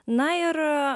na ir